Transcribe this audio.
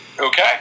Okay